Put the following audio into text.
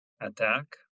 attack